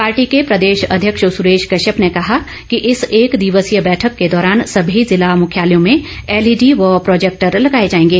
party के प्रदेश अध्यक्ष सुरेश कश्यप ने कहा कि इस एक दिवसीय बैठक के दौरान सभी जिला मुख्यालयों में एलईडी व प्रोजैक्टर लगाएं जाएंगे